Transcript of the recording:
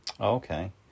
Okay